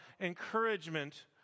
encouragement